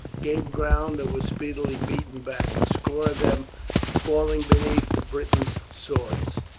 gave ground, and were speedily beaten back, a score of them falling beneath the britons' swords.